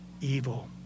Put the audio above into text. evil